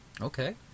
Okay